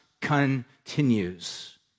continues